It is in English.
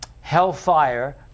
hellfire